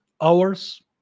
hours